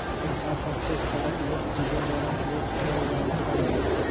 खता सभके chart bookkeeper द्वारा प्रयुक्त कएल जाइ छइ